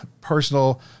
personal